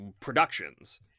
productions